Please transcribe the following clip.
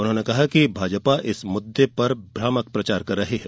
उन्होंने कहा कि भाजपा इस मुद्दे पर भ्रामक प्रचार कर रही है